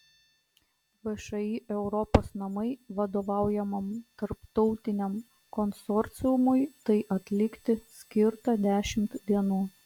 všį europos namai vadovaujamam tarptautiniam konsorciumui tai atlikti skirta dešimt dienų